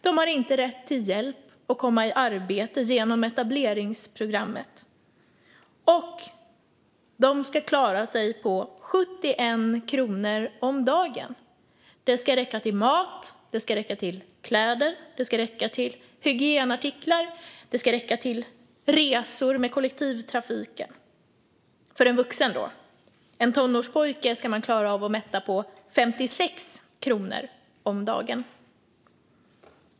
De har inte rätt till hjälp att komma i arbete genom etableringsprogrammet, och de ska klara sig på 71 kronor om dagen. Det ska räcka till mat, det ska räcka till kläder, det ska räcka till hygienartiklar och det ska räcka till resor med kollektivtrafiken. Det gäller för en vuxen. En tonårspojke ska man klara av att mätta på 56 kronor om dagen.